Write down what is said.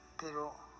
pero